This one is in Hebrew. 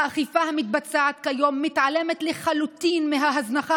האכיפה המתבצעת כיום מתעלמת לחלוטין מההזנחה